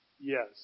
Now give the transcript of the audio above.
Yes